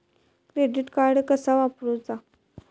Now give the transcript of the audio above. Credit card कसा वापरूचा?